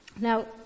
Now